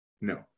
No